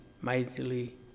mightily